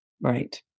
Right